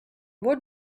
what